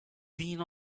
seen